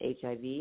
HIV